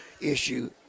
issue